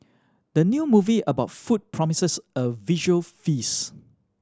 the new movie about food promises a visual feast